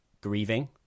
grieving